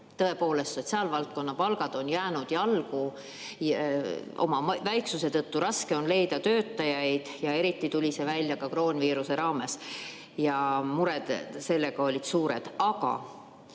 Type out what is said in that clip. Tõepoolest, sotsiaalvaldkonna palgad on jäänud jalgu oma väiksusega, raske on leida töötajaid ja eriti tuli see välja kroonviiruse raames. Mured sellega on suured. Aga